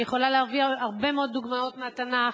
אני יכולה להביא הרבה מאוד דוגמאות מהתנ"ך: